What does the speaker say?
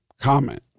comment